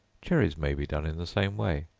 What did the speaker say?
cherries may be done in the same way.